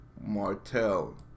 Martell